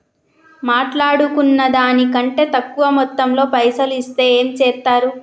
మాట్లాడుకున్న దాని కంటే తక్కువ మొత్తంలో పైసలు ఇస్తే ఏం చేత్తరు?